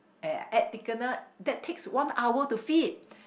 and add thickener that takes one hour to feed